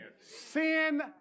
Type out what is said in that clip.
Sin